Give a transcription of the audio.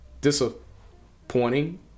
disappointing